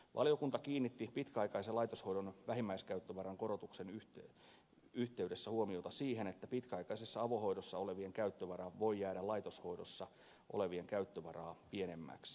valiokunta kiinnitti pitkäaikaisen laitoshoidon vähimmäiskäyttövaran korotuksen yhteydessä huomiota siihen että pitkäaikaisessa avohoidossa olevien käyttövara voi jäädä laitoshoidossa olevien käyttövaraa pienemmäksi